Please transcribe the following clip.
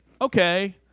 okay